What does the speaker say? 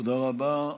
תודה רבה.